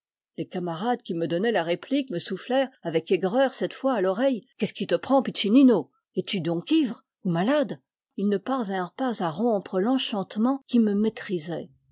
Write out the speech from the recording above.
les camarades qui me donnaient la réplique me soufflèrent avec aigreur cette fois à l'oreille qu'est-ce qui te prend piccinino es-tu donc ivre ou malade ils ne parvinrent pas à rompre l'enchantement qui me maîtrisait